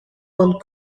one